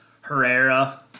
Herrera